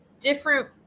different